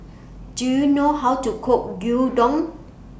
Do YOU know How to Cook Gyudon